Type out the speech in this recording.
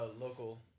local